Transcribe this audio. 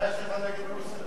מה יש לך נגד רוסיה?